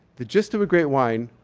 the gist of a great wine